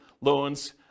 loans